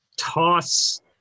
Toss